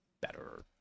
better